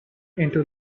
into